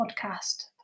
podcast